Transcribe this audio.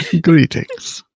Greetings